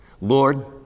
Lord